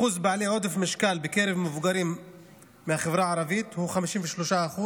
אחוז בעלי עודף משקל בקרב מבוגרים מהחברה הערבית הוא 53%,